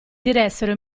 diressero